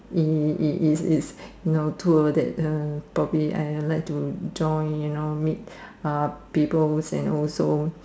it it it's it's you know tour that uh probably I like to join you know meet uh peoples and also